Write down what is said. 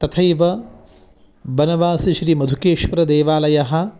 तथैव वनवासि श्रीमधुकेश्वरदेवालयः